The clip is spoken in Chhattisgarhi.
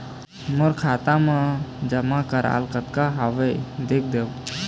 मोर खाता मा जमा कराल कतना हवे देख देव?